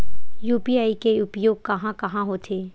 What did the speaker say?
UPI के उपयोग कहां कहा होथे?